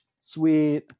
sweet